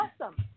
awesome